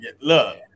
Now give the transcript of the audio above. Look